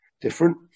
different